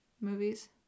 movies